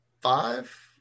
five